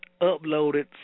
uploaded